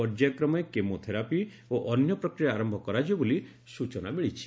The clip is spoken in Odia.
ପର୍ଯ୍ୟାୟ କ୍ରମେ କେମୋ ଥେରାପି ଓ ଅନ୍ୟ ପ୍ରକ୍ରିୟା ଆରମ୍ଭ କରାଯିବ ବୋଲି ସ୍ଚନା ମିଳିଛି